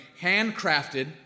handcrafted